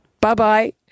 Bye-bye